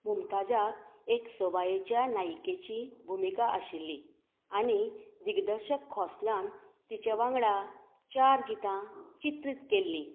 मुमताजाक एक सोबायेच्या नायिकेची भुमिका आशिल्ली आनी दिग्दर्शक खोसलान तिचे वांगडा चार गितां चित्रीत केल्लीं